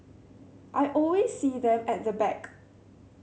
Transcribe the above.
I always see them at the back